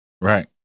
Right